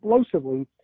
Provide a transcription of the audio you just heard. explosively